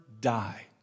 die